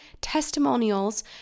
testimonials